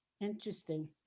Interesting